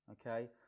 Okay